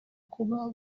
kuba